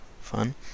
fun